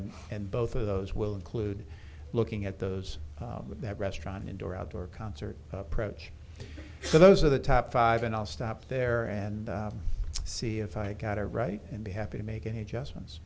and and both of those will include looking at those with that restaurant indoor outdoor concert approach so those are the top five and i'll stop there and see if i got it right and be happy to make any adjustments